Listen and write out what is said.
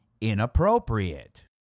inappropriate